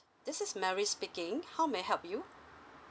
this is mary speaking how may I help you